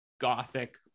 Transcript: gothic